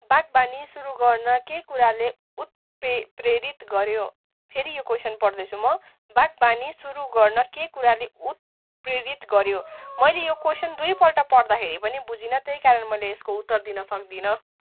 बागवानी सुरु गर्न के कुराले उत्प्रेरित गर्यो फेरि यो क्वेसन पढ्दैछु म बागवानी सुरु गर्न के कुराले उत्प्रेरित गर्यो मैले यो क्वेसन दुईपल्ट पढ्दाखेरि पनि बुझिनँ त्यही कारण मैले यसको उत्तर दिन सक्दिनँ